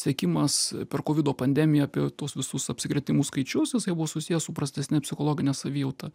sekimas per kovido pandemiją apie tuos visus apsikrėtimų skaičius jisai buvo susijęs su prastesne psichologine savijauta